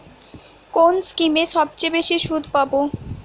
কোন স্কিমে সবচেয়ে বেশি সুদ পাব?